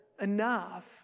enough